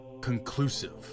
conclusive